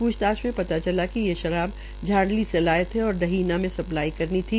पूछताछ में पता चला है वे ये शराब झाड़ली से लाये थे और डहीना में सप्लाई करनी थी